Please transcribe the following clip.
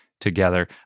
together